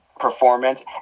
performance